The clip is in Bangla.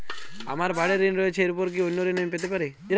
আমার বাড়ীর ঋণ রয়েছে এরপর কি অন্য ঋণ আমি পেতে পারি?